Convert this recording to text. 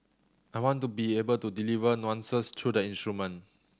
I want to be able to deliver nuances through the instrument